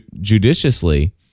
judiciously